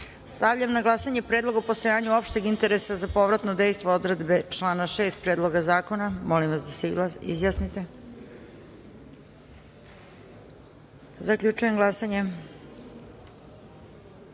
amandman. Stavljam na glasanje predlog o postojanju opšteg interesa za povratno dejstvo odredbe člana 6. Predloga zakona. Molim vas da se izjasnite. Zaključujem glasanje: